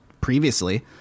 previously